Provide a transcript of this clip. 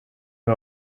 nur